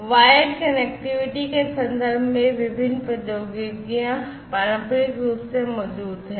wired connectivity के संदर्भ में विभिन्न प्रौद्योगिकियां पारंपरिक रूप से मौजूद हैं